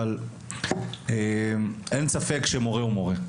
אבל אין ספק שמורה הוא מורה.